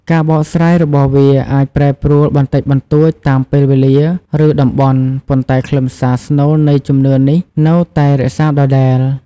ការបកស្រាយរបស់វាអាចប្រែប្រួលបន្តិចបន្តួចតាមពេលវេលា ឬតំបន់ ប៉ុន្តែខ្លឹមសារស្នូលនៃជំនឿនេះនៅតែរក្សាដដែល។